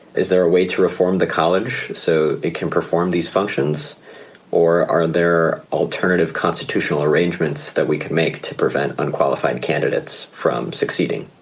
is there a way to reform the college so it can perform these functions or are there alternative constitutional arrangements that we could make to prevent unqualified candidates from succeeding?